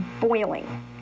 boiling